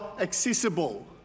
accessible